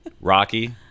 Rocky